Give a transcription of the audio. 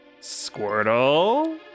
Squirtle